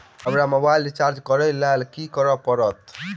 हमरा mobile recharge करऽ केँ लेल की करऽ पड़त?